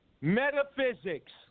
Metaphysics